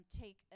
take